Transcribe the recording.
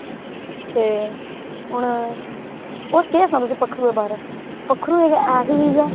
ते हून होर केह् सनाचै तुसें पक्खरुऐं दै बारै च पक्खरू इक ऐसी चीज़ ऐ